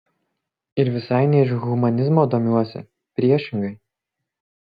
ir visai ne iš humanizmo domiuosi priešingai